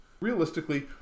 Realistically